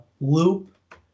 loop